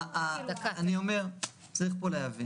היא בוחרת לשלוח אותו לבית